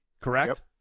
correct